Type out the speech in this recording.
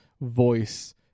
voice